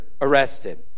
arrested